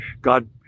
god